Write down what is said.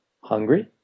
hungry